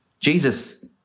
Jesus